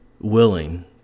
willing